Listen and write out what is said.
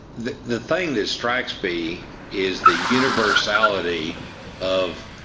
the the thing that strikes me is the universality of